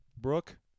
Brooke